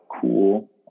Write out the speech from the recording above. cool